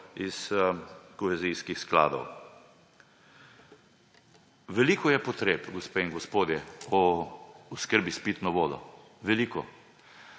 iz kohezijskih skladov. Veliko je potreb, gospe in gospodje, po oskrbi s pitno vodo, veliko.